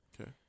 Okay